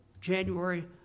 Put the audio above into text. January